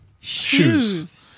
shoes